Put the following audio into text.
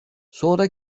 sonra